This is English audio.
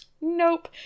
nope